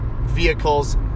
vehicles